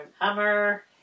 Hummer